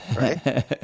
Right